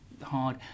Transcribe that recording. hard